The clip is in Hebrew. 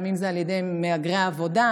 לפעמים על ידי מהגרי עבודה,